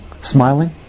smiling